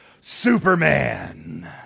Superman